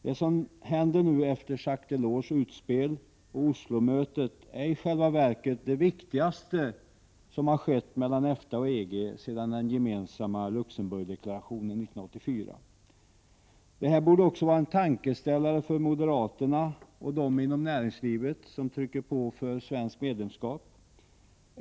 Det som nu händer efter Jacques Delors utspel och efter Oslomötet är i själva verket det viktigaste som har skett mellan EFTA och EG sedan den gemensamma Luxemburgdeklarationen 1984. Detta borde också vara en tankeställare för moderaterna och för dem inom näringslivet som trycker på för svenskt medlemskap.